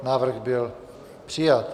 Návrh byl přijat.